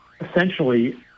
essentially